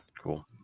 cool